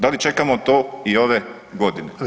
Da li čekamo to i ove godine?